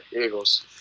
Eagles